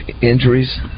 Injuries